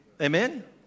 Amen